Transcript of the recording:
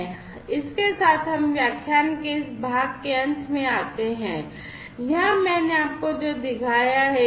इसके साथ हम व्याख्यान के इस भाग के अंत में आते हैं